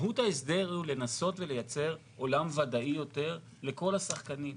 מהות ההסדר היא לנסות ולייצר עולם ודאי יותר לכל השחקנים.